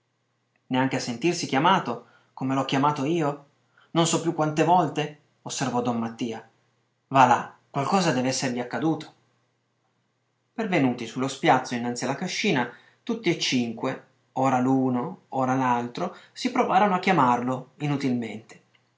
neanche a sentirsi chiamato come l'ho chiamato io non so più quante volte osservò don mattia va là qualcosa dev'essergli accaduto pervenuti su lo spiazzo innanzi alla cascina tutti e cinque ora l'uno ora l'altro si provarono a chiamarlo inutilmente